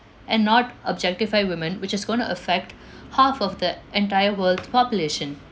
and not objectify women which is going to affect half of the entire world population